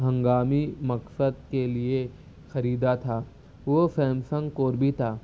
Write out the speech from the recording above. ہنگامی مقصد کے لیے خریدا تھا وہ سیمسنگ کور بھی تھا